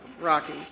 Rocky